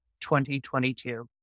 2022